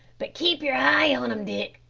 but keep yer eye on em, dick,